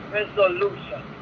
resolution